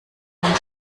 den